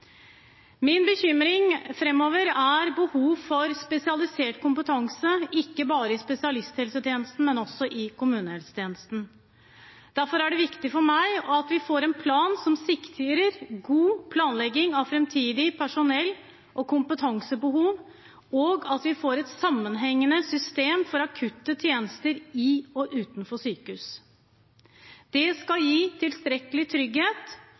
Min bekymring framover er behov for spesialisert kompetanse, ikke bare i spesialisthelsetjenesten, men også i kommunehelsetjenesten. Derfor er det viktig for meg at vi får en plan som sikrer god planlegging av framtidig personell og kompetansebehov, og at vi får et sammenhengende system for akutte tjenester i og utenfor sykehus. Det skal gi tilstrekkelig trygghet